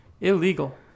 Illegal